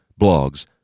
blogs